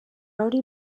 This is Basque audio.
hori